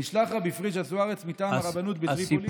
נשלח רבי פריג'א זוארץ מטעם הרבנות בטריפולי,